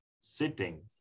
sitting